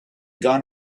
gone